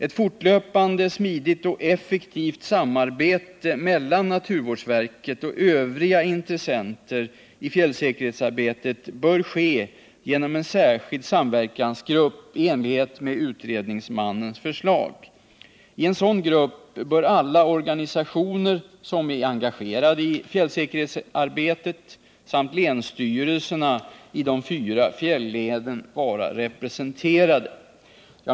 Ett fortlöpande smidigt och effektivt samarbete mellan naturvårdsverket och övriga intressenter i fjällsäkerhetsarbetet bör därför ske genom en särskild samverkansgrupp i enlighet med utredningsmannens förslag. I en sådan grupp bör alla organisationer som är engagerade i fjällsäkerhetsarbetet samt länsstyrelserna i de fyra fjällänen vara representerade.